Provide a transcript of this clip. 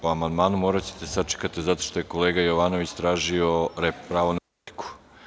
Po amandmanu moraćete sačekati zato što je kolega Jovanović tražio pravo na repliku.